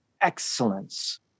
excellence